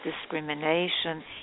discrimination